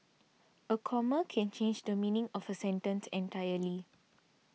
a comma can change the meaning of a sentence entirely